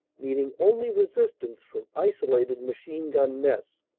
meeting only resistance from isolated machine-gun nests.